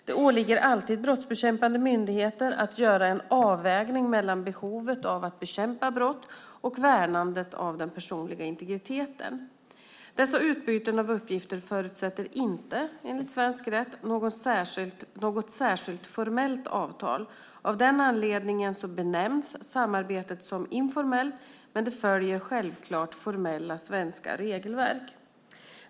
Det åligger alltid brottsbekämpande myndigheter att göra en avvägning mellan behovet av att bekämpa brott och värnandet av den personliga integriteten. Dessa utbyten av uppgifter förutsätter inte, enligt svensk rätt, något särskilt formellt avtal. Av den anledningen benämns samarbetet som informellt, men det följer självklart formella svenska regelverk.